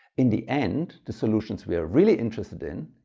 in the end the solutions we are really interested in,